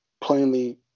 plainly